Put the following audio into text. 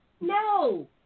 No